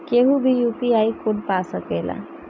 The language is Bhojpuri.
केहू भी यू.पी.आई कोड पा सकेला?